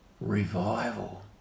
Revival